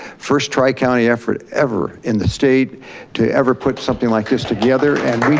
first tri-county effort ever in the state to ever put something like this together and we